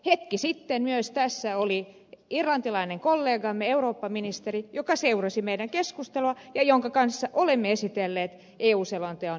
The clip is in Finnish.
hetki sitten tässä kävi myös irlantilainen kollegamme eurooppaministeri joka seurasi meidän keskusteluamme ja jonka kanssa olemme esitelleet eu selonteon linjauksia